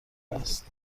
است